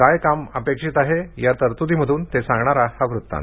काय काम अपेक्षित आहे या तरतुदीमधून ते सांगणारा हा वृत्तांत